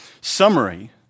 summary